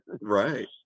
Right